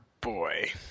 boy